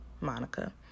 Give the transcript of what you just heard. Monica